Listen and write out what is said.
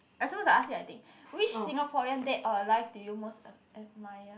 I suppose to ask you I think which Singaporean dead or alive do you most ad~ ad~ admire